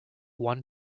one